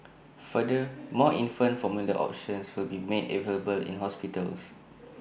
further more infant formula options will be made available in hospitals